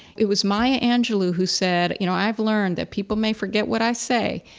it was maya angelou, who said you know, i've learned that people may forget what i say,